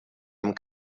amb